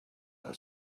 are